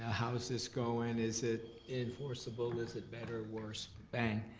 ah how is this going, is it enforceable, is it better, worse, bang,